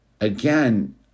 again